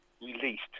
released